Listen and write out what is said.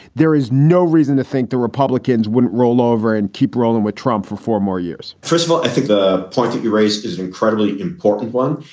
there is no reason to think the republicans wouldn't roll over and keep rolling with trump for four more years first of all, i think the point that you raised is an incredibly important one.